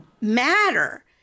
matter